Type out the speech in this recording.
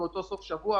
באותו סוף שבוע,